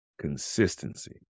Consistency